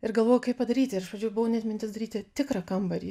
ir galvojau kaip padaryti ir iš pradžių buvo net mintis daryti tikrą kambarį